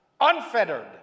unfettered